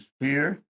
fear